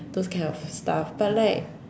those kind of stuff but like